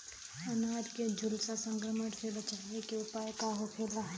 अनार के झुलसा संक्रमण से बचावे के उपाय का होखेला?